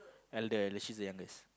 elder she is the youngest